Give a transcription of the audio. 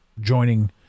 joining